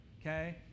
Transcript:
okay